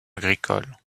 agricoles